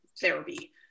therapy